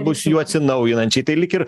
bus jų atsinaujinančiai tai lyg ir